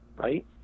Right